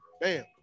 Bam